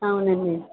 అవునండి